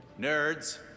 nerds